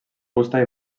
fusta